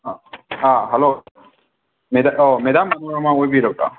hello ꯑꯣ madam Manorama ꯑꯣꯏꯕꯤꯔꯕ꯭ꯔꯥ